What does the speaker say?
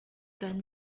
ben